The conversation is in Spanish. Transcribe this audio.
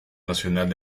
nacional